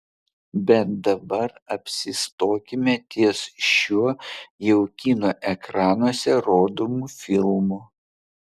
bet dabar apsistokime ties šiuo jau kino ekranuose rodomu filmu